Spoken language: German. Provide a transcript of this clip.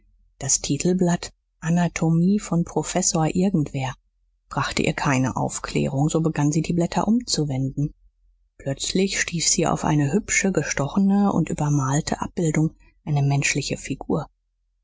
das titelblatt anatomie von professor irgendwer brachte ihr keine aufklärung so begann sie die blätter umzuwenden plötzlich stieß sie auf eine hübsche gestochene und übermalte abbildung eine menschliche figur